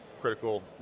critical